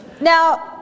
Now